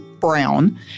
Brown